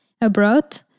abroad